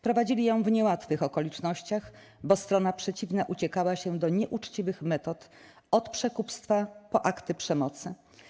Prowadzili ją w niełatwych okolicznościach, bo strona przeciwna uciekała się do nieuczciwych metod - od przekupstwa po akty przemocy.